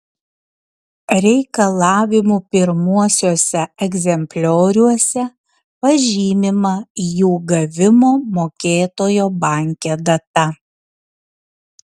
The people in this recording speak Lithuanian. reikalavimų pirmuosiuose egzemplioriuose pažymima jų gavimo mokėtojo banke data